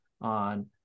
on